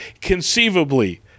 conceivably